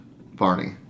Barney